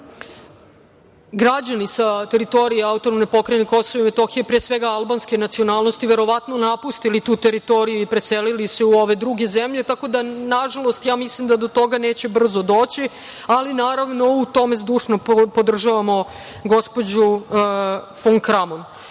građani sa teritorije AP KiM, pre svega albanske nacionalnosti, verovatno napostili tu teritoriju i preselili se u ove druge zemlje. Tako da, nažalost ja mislim da do toga neće brzo doći, ali naravno u tome zdušno podržavamo gospođu fon Kramon. Što